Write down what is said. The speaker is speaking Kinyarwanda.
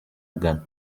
ghana